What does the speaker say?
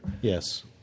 yes